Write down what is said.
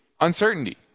uncertainty